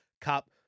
Cup